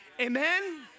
Amen